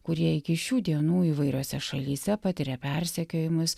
kurie iki šių dienų įvairiose šalyse patiria persekiojimus